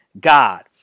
God